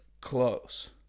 close